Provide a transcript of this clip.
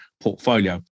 portfolio